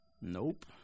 Nope